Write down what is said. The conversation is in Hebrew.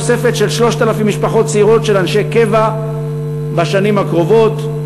תוספת של 3,000 משפחות צעירות של אנשי קבע בשנים הקרובות,